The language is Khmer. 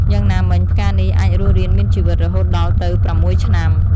យ៉ាងណាមិញ ផ្កានេះអាចរស់រានមានជីវិតរហូតដល់ទៅ៦ឆ្នាំ។